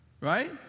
right